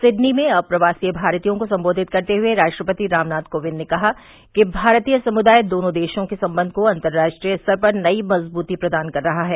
Sydney में अप्रवासी भारतीयों को संबोधित करते हुए राष्ट्रपति रामनाथ कोविन्द ने कहा कि भारतीय समुदाय दोनों देशों के संबंध को अन्तर्राष्ट्रीय स्तर पर नई मजबूती प्रदान कर रहा है